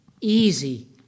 easy